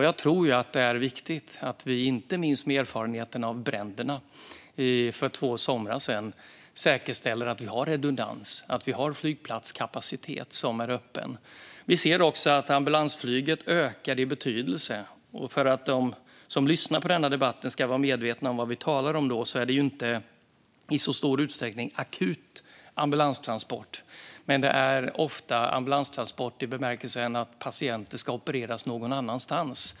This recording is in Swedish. Jag tror att det är viktigt att vi, inte minst med erfarenheterna av bränderna för två somrar sedan, säkerställer att vi har redundans och att vi har flygplatskapacitet som är öppen. Vi ser också att ambulansflyget ökar i betydelse. För att de som lyssnar på denna debatt ska vara medvetna om vad vi talar om är det inte i så stor utsträckning fråga om akuta ambulanstransporter. Ofta är det ambulanstransporter för att patienter ska opereras någon annanstans.